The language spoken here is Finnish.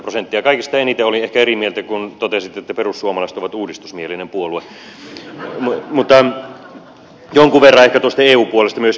ehkä kaikista eniten olin eri mieltä kun totesitte että perussuomalaiset on uudistusmielinen puolue mutta jonkun verran ehkä tuosta eu puolesta myös